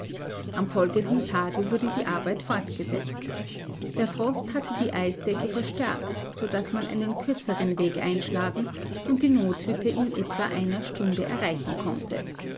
am folgenden tage wurde die arbeit fortgesetzt der frost hatte die eisdecke verstärkt so daß man einen kürzeren weg einschlagen und die nothütte in etwa einer stunde erreichen konnte